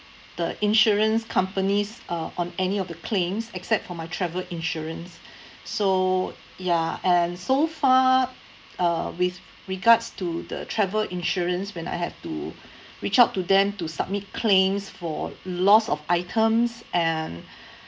the insurance companies uh on any of the claims except for my travel insurance so ya and so far uh with regards to the travel insurance when I have to reach out to them to submit claims for loss of items and